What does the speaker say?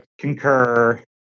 Concur